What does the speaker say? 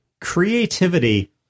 Creativity